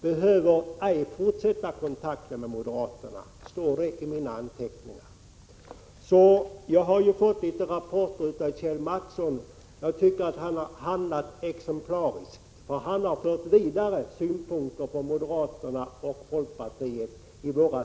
Behöver ej fortsätta kontakten med moderaterna.” Jag har fått en del rapporter av Kjell Mattsson. Jag tycker att han har handlat exemplariskt, för han har vid våra samtal vidarebefordrat synpunkter från moderaterna och folkpartiet.